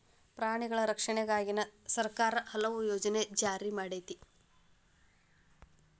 ಪ್ರಾಣಿಗಳ ರಕ್ಷಣೆಗಾಗಿನ ಸರ್ಕಾರಾ ಹಲವು ಯೋಜನೆ ಜಾರಿ ಮಾಡೆತಿ